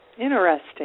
Interesting